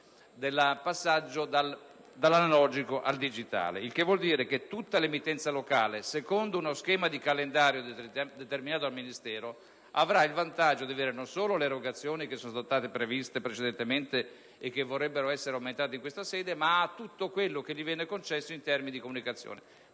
del passaggio dall'analogico al digitale. Il che vuol dire che tutta l'emittenza locale, secondo uno schema di calendario determinato dal Ministero, avrà il vantaggio di avere non solo le erogazioni che sono già state previste precedentemente (e che vorrebbero essere aumentate in questa sede), ma anche tutto quello che le viene concesso in termini di comunicazione.